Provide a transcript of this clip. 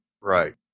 right